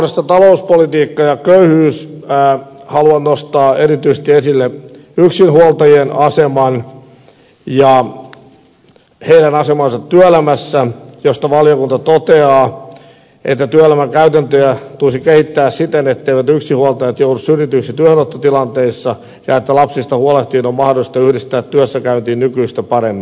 asiakohdasta talouspolitiikka ja köyhyys haluan nostaa erityisesti esille yksinhuoltajien aseman ja heidän asemansa työelämässä josta valiokunta toteaa että työelämän käytäntöjä tulisi kehittää siten etteivät yksinhuoltajat joudu syrjityiksi työhönottotilanteissa ja että lapsista huolehtiminen on mahdollista yhdistää työssäkäyntiin nykyistä paremmin